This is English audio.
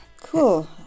Cool